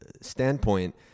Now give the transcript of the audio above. standpoint